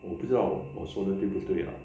我不知道我说的对不对 lah